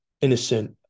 innocent